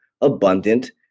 abundant